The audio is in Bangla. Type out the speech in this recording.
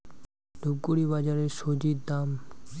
ধূপগুড়ি বাজারের স্বজি দাম?